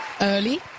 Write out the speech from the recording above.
early